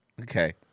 Okay